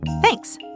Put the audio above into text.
Thanks